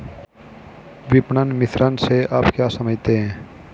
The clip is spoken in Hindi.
विपणन मिश्रण से आप क्या समझते हैं?